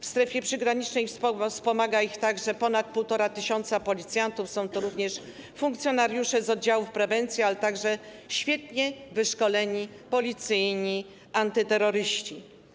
W strefie przygranicznej wspomaga ich także ponad 1,5 tys. policjantów, są to również funkcjonariusze z oddziałów prewencji, ale także świetnie wyszkoleni policyjni antyterroryści.